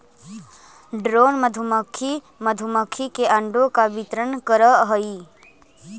drone मधुमक्खी मधुमक्खी के अंडों का वितरण करअ हई